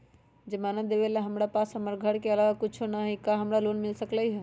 जमानत देवेला हमरा पास हमर घर के अलावा कुछो न ही का हमरा लोन मिल सकई ह?